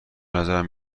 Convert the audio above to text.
بنظرم